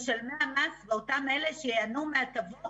תוספת משמעותית לגבייה שנכנסה דרך התיקון